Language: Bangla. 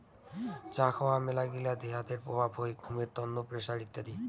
চা খাওয়ার মেলাগিলা দেহাতের প্রভাব হই ঘুমের তন্ন, প্রেসার ইত্যাদি